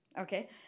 Okay